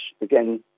again